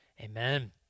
amen